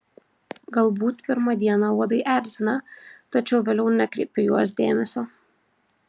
galbūt pirmą dieną uodai erzina tačiau vėliau nekreipi į juos dėmesio